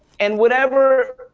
and whatever,